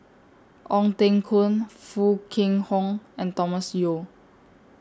Ong Teng Koon Foo Kwee Horng and Thomas Yeo